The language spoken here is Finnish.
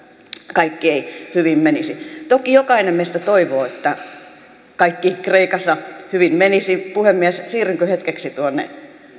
kaikki ei hyvin menisi toki jokainen meistä toivoo että kaikki kreikassa hyvin menisi puhemies siirrynkö hetkeksi tuonne